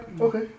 Okay